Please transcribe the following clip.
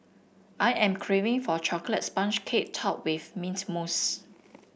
I am craving for a chocolate sponge cake topped with mint mousse